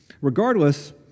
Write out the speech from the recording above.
Regardless